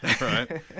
Right